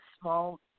Small